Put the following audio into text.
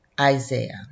Isaiah